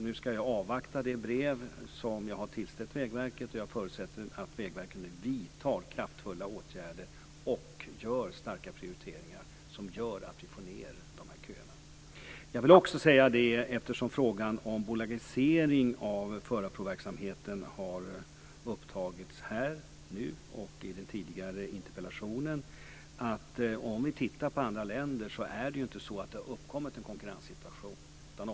Nu ska jag avvakta det brev som jag har tillställt Vägverket. Jag förutsätter att Vägverket nu vidtar kraftfulla åtgärder och gör starka prioriteringar som gör att vi får ned de här köerna. Jag vill också säga, eftersom frågan om bolagisering av förarprovsverksamheten har tagits upp här och i den tidigare interpellationen, att om vi tittar på andra länder kan vi se att det inte har uppkommit en konkurrenssituation.